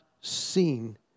seen